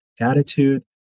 attitude